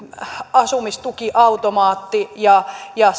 asumistukiautomaattiin ja ja